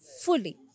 fully